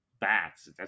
bats